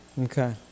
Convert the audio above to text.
Okay